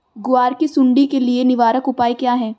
ग्वार की सुंडी के लिए निवारक उपाय क्या है?